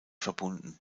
verbunden